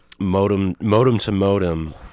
modem-to-modem